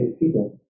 people